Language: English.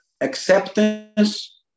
acceptance